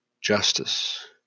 justice